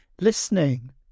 Listening